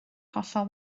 hollol